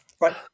Right